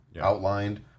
outlined